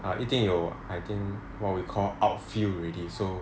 err 一定有 I think what we call outfield already so